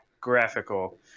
graphical